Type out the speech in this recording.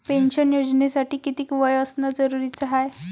Pension योजनेसाठी कितीक वय असनं जरुरीच हाय?